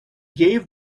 gave